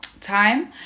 time